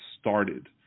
started